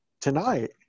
tonight